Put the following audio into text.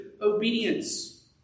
obedience